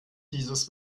dieses